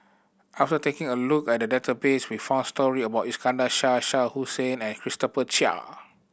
after taking a look at the database we found story about Iskandar Shah Shah Hussain and Christopher Chia